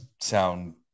sound